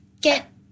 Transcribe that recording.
get